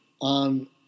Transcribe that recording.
On